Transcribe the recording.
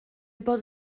bod